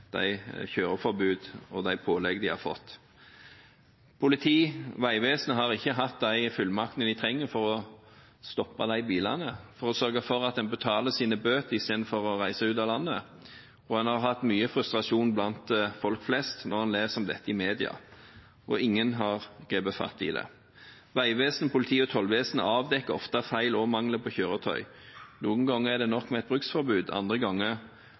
de kjøreforbud og pålegg de har fått. Politiet og Vegvesenet har ikke hatt de fullmaktene de trenger for å stoppe bilene og sørge for at en betaler sine bøter i stedet for å reise ut av landet. Det har vært mye frustrasjon blant folk flest som har lest om dette i media, og ingen har grepet fatt i det. Vegvesenet, politiet og Tollvesenet avdekker ofte feil og mangler på kjøretøy. Noen ganger er det nok med et bruksforbud, andre ganger